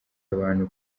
abantu